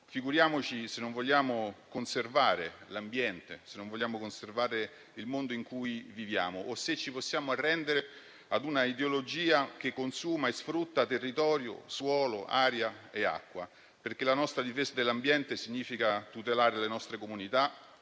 Figuriamoci se non vogliamo conservare l'ambiente, se non vogliamo conservare il mondo in cui viviamo o se ci possiamo arrendere a un'ideologia che consuma e sfrutta territorio, suolo, aria e acqua. La nostra difesa dell'ambiente significa tutelare le nostre comunità,